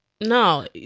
no